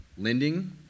lending